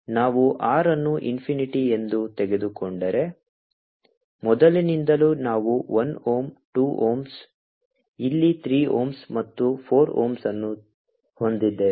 ನಾವು R ಅನ್ನು infinity ಎಂದು ತೆಗೆದುಕೊಂಡರೆ ಮೊದಲಿನಿಂದಲೂ ನಾವು 1 ohm 2 ohms ಇಲ್ಲಿ 3 ohms ಮತ್ತು 4 ohms ಅನ್ನು ಹೊಂದಿದ್ದೇವೆ